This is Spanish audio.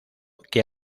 que